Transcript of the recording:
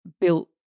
built